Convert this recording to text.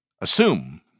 assume